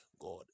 God